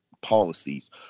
policies